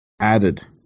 added